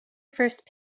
first